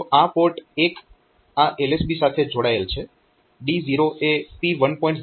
તો આ પોર્ટ 1 આ LSB સાથે જોડાયેલ છે D0 એ P1